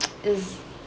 this